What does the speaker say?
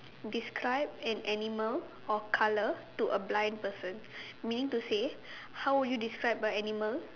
describe an animal or colour to a blind person meaning to say how would you describe a animal